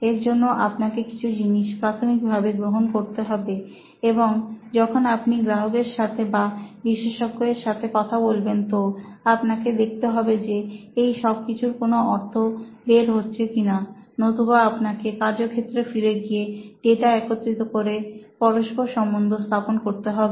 এর জন্য আপনাকে কিছু জিনিস প্রাথমিক ভাবে গ্রহণ করতে হবে এবং যখন আপনি গ্রাহকের সাথে বা বিশেষজ্ঞ এর সাথে কথা বলবেন তো আপনাকে দেখতে হবে যে এই সবকিছুর কোনো অর্থ বের হচ্ছে কিনা নতুবা আপনাকে কার্যক্ষেত্রে ফিরে গিয়ে ডেটা একত্রিত করে পরস্পর সম্বন্ধ স্থাপন করতে হবে